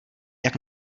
jak